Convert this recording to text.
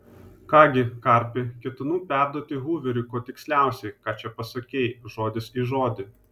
ką gi karpi ketinu perduoti huveriui kuo tiksliausiai ką čia pasakei žodis į žodį